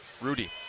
Rudy